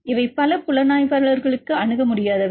இவை பல புலனாய்வாளர்களுக்கு அணுக முடியாதவை